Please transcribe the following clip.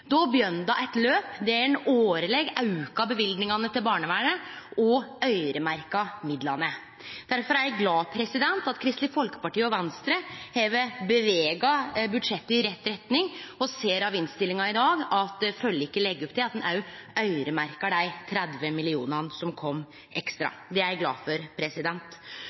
Då begynte eit løp der ein årleg auka løyvingane til barnevernet og øyremerkte midlane. Difor er eg glad for at Kristeleg Folkeparti og Venstre har bevega budsjettet i rett retning, og ser av innstillinga i dag at forliket legg opp til at ein òg øyremerkjer dei 30 mill. kr som kom ekstra. Det er eg glad for.